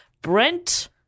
Brent